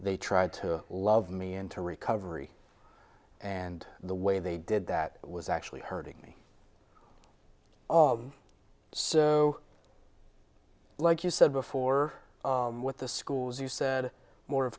they tried to love me into recovery and the way they did that was actually hurting me so like you said before what the school was you said more of